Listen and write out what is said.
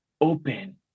open